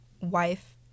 wife